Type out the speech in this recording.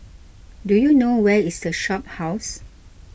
do you know where is the Shophouse